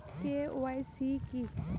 KYC কী?